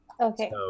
Okay